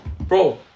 Bro